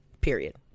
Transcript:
Period